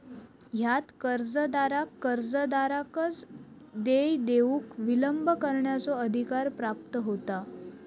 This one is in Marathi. ह्यात कर्जदाराक कर्जदाराकच देय देऊक विलंब करण्याचो अधिकार प्राप्त होता